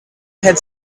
had